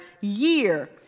year